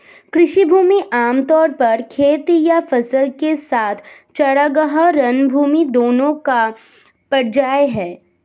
कृषि भूमि आम तौर पर खेत या फसल के साथ चरागाह, रंगभूमि दोनों का पर्याय है